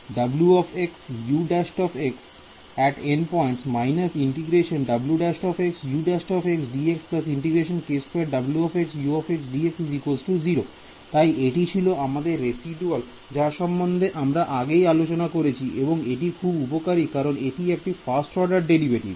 অতএব এটি তৈরি হবে তাই এটি ছিল আমাদের রেসিদুয়াল যা সম্বন্ধে আমরা আগেই আলোচনা করেছি এবং এটি খুব উপকারী কারণ এটি একটি ফাস্ট অর্ডার ডেরিভেটিভ